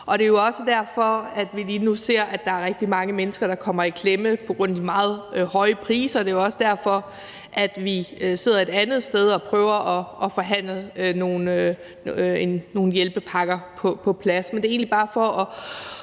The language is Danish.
Og det er jo også derfor, at vi lige nu ser, at der er rigtig mange mennesker, der kommer i klemme på grund af de meget høje priser, og det er også derfor, at vi et andet sted sidder og prøver at forhandle nogle hjælpepakker på plads. Men det er egentlig bare for at